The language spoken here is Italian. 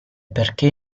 perché